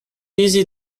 easy